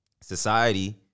Society